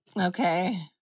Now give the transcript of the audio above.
Okay